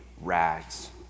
rags